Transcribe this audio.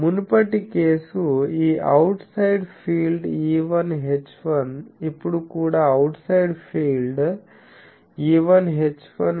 మునుపటి కేసు ఈ outside field E1 H1 ఇప్పుడు కూడా outside field E1 H1